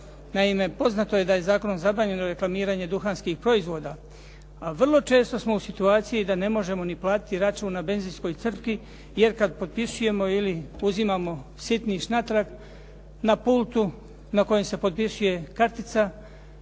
Naime, poznato je da je zakonom zabranjeno reklamiranje duhanskih proizvoda. A vrlo često smo u situaciji da ne možemo ni platiti račun na benzinskoj crpki jer kad potpisujemo ili uzimamo sitniš natrag, na pultu na kojem se potpisuje kartica